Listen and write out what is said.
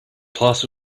class